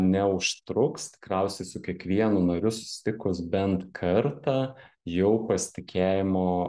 neužtruks tikriausiai su kiekvienu nariu susitikus bent kartą jau pasitikėjimo